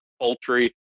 poultry